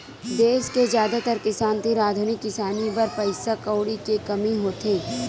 देस के जादातर किसान तीर आधुनिक किसानी बर पइसा कउड़ी के कमी होथे